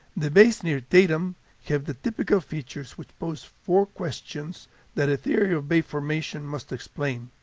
the bays near tatum have the typical features which pose four questions that a theory of bay formation must explain.